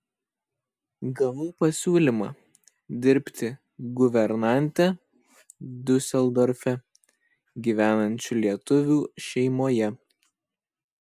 gavau pasiūlymą dirbti guvernante diuseldorfe gyvenančių lietuvių šeimoje